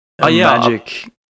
magic